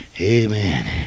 amen